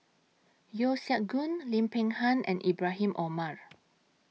Yeo Siak Goon Lim Peng Han and Ibrahim Omar